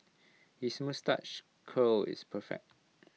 his moustache curl is perfect